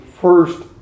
first